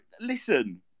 listen